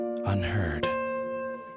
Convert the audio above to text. unheard